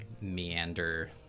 meander